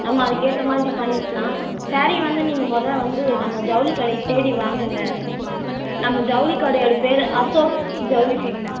நம்ம அதுக்கேற்றமாதிரி பண்ணிக்கலாம் சேரீ வந்து நீங்கள் மொதல் வந்து நம்ம ஜவுளி கடையை தேடி வாங்குங்க நம்ம ஜவுளி கடையோடய பேர் அசோக் ஜவுளி சில்க்ஸ்